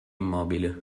immobile